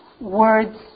words